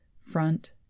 front